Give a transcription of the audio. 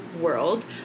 world